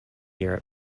europe